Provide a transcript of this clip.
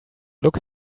look